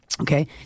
Okay